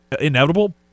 inevitable